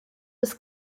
des